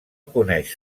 coneix